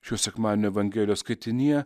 šio sekmadienio evangelijos skaitinyje